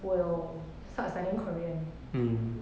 will start studying korean